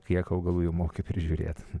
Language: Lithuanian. kiek augalų jau moki prižiūrėt